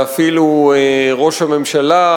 ואפילו ראש הממשלה,